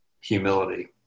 humility